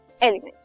elements